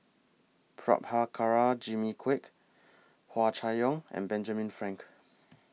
Prabhakara Jimmy Quek Hua Chai Yong and Benjamin Frank